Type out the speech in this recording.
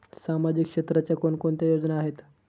सामाजिक क्षेत्राच्या कोणकोणत्या योजना आहेत?